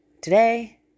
Today